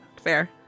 fair